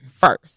first